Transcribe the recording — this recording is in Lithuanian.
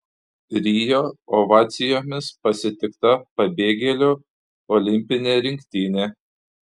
rio ovacijomis pasitikta pabėgėlių olimpinė rinktinė